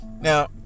now